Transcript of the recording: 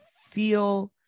feel